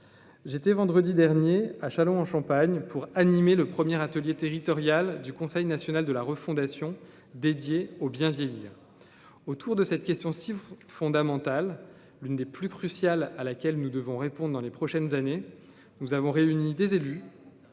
j'étais vendredi dernier à Châlons en Champagne pour animer le premier atelier territoriale du Conseil national de la refondation dédié au bien-vieillir autour de cette question si fondamentale, l'une des plus cruciales à laquelle nous devons répondre dans les prochaines années, nous avons réuni des élus,